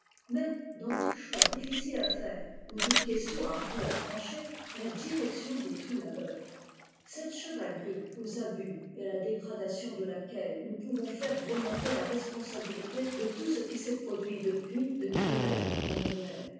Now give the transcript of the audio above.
mais dans tout choix difficile à faire ou toute question ardue à trancher la direction de tout labeur cette chevalerie aux abus et à la dégradation de laquelle nous pouvons faire remonter la responsabilité de tout ce qui s'est produit depuis de cruel dans la guerre